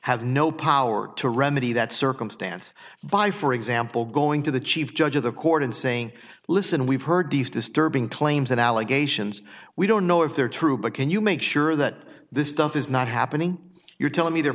have no power to remedy that circumstance by for example going to the chief judge of the court and saying listen we've heard these disturbing claims and allegations we don't know if they're true but can you make sure that this stuff is not happening you're telling me they're